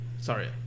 sorry